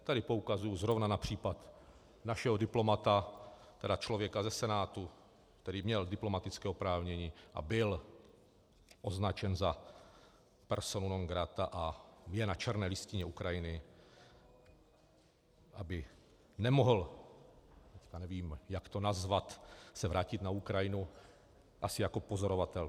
Tady poukazuji zrovna na případ našeho diplomata, člověka ze Senátu, který měl diplomatické oprávnění a byl označen za personu non grata a je na černé listině Ukrajiny, aby se nemohl, nevím jak to nazvat, vrátit na Ukrajinu asi jako pozorovatel.